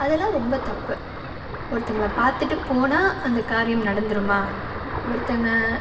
அதெலாம் ரொம்ப தப்பு ஒருத்தங்களை பாத்துட்டு போனா அந்த காரியம் நடந்துருமா ஒருத்தங்க